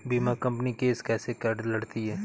बीमा company case कैसे लड़ती है?